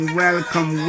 welcome